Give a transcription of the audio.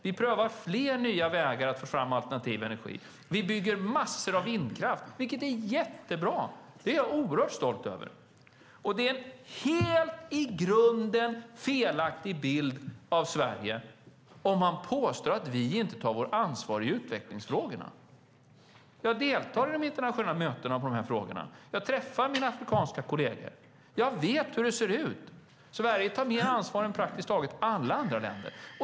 Vi prövar fler nya vägar att få fram alternativ energi. Vi bygger massor av vindkraft, vilket är jättebra. Det är jag oerhört stolt över. Det är en i grunden helt felaktig bild av Sverige om man påstår att vi inte tar vårt ansvar i utvecklingsfrågorna. Jag deltar i de internationella mötena om dessa frågor. Jag träffar mina afrikanska kolleger. Jag vet hur det ser ut. Sverige tar mer ansvar än praktiskt taget alla andra länder.